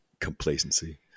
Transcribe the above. complacency